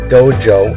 Dojo